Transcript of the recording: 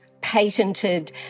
patented